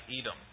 Edom